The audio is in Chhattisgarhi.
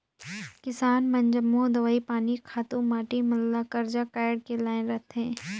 किसान मन जम्मो दवई पानी, खातू माटी मन ल करजा काएढ़ के लाएन रहथें